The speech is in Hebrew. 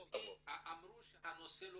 הם אמרו שהנושא לא